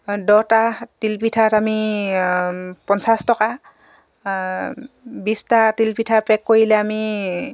দহটা তিল পিঠাত আমি পঞ্চাছ টকা বিছটা তিল পিঠাৰ পেক কৰিলে আমি